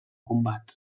combat